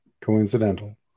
coincidental